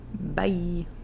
Bye